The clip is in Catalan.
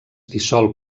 dissol